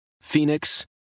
Phoenix